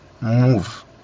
move